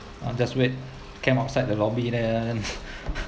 I'm just wait came outside the lobby there